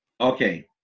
Okay